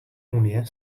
unie